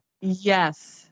Yes